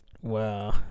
Wow